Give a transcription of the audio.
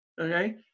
Okay